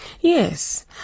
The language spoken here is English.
Yes